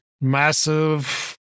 massive